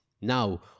Now